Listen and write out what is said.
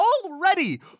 already